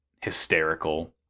hysterical